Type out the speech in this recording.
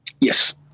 Yes